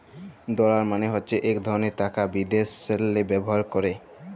dollar মালে হছে ইক ধরলের টাকা বিদ্যাশেল্লে ব্যাভার ক্যরে